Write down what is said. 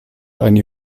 eine